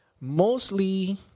Mostly